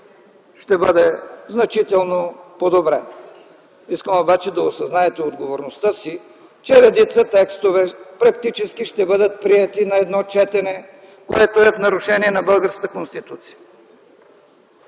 ще бъде значително подобрен. Искам обаче да осъзнаете отговорността си, че редица текстове практически ще бъдат приети на едно четене, което е в нарушение на българската Конституция.